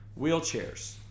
wheelchairs